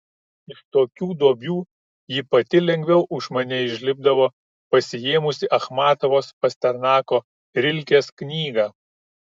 iš tokių duobių ji pati lengviau už mane išlipdavo pasiėmusi achmatovos pasternako rilkės knygą